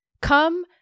Come